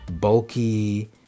Bulky